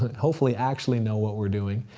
hopefully actually know what we're doing,